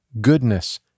goodness